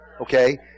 Okay